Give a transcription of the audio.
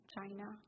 China